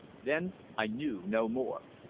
then i knew no more.